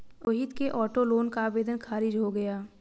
रोहित के auto loan का आवेदन खारिज हो गया